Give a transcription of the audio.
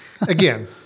again